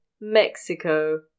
Mexico